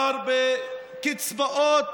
מדובר בקצבאות